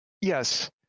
Yes